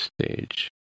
stage